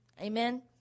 Amen